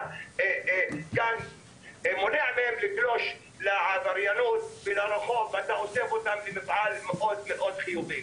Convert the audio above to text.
אתה מונע מהם לגלוש לעבריינות ומעביר אותם למסלול מאוד חיובי.